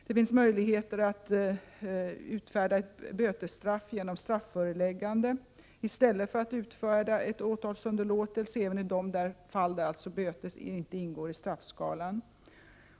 Det finns möjlighet att utfärda bötesstraff genom strafföreläggande i stället för att utfärda åtalsunderlåtelse, även i de fall där böter inte ingår i straffskalan.